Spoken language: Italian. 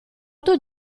otto